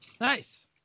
Nice